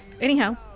anyhow